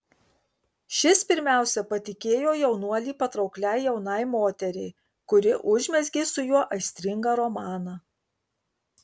šis pirmiausia patikėjo jaunuolį patraukliai jaunai moteriai kuri užmezgė su juo aistringą romaną